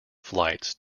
flights